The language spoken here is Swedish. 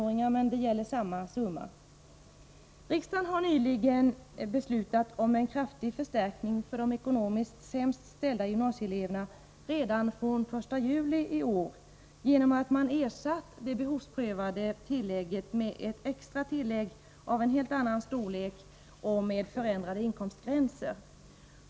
Riksdagen har nyligen beslutat om en kraftig förstärkning för de ekonomiskt sämst ställda gymnasieeleverna redan från den 1 juli i år genom att man ersatt det behovsprövade tillägget med ett extra tillägg av en helt annan storlek och med förändrade inkomstgränser.